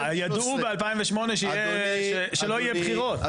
אה, ידעו ב-2008 שלא יהיה בחירות.